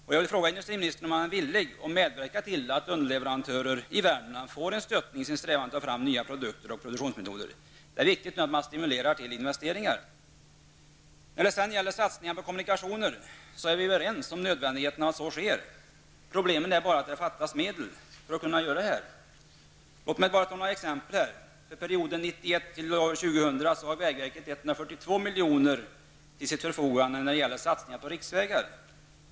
Jag vill fråga industriministern om han är villig att medverka till att underleverantörer i Värmland stöttas i sin strävan att ta fram nya produkter och produktionsmetoder. Det är viktigt att man nu stimulerar till investeringar. Vi är överens om att det är nödvändigt att det sker satsningar på kommunikationer. Problemet är bara att det fattas medel för att kunna göra detta. Låt mig ta några exempel. För perioden 1991--2000 har vägverket 142 milj.kr. till sitt förfogande för satsningar på riksvägar.